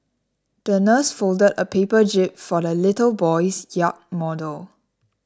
the nurse folded a paper jib for the little boy's yacht model